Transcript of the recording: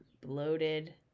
bloated